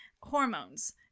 hormones